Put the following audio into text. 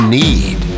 need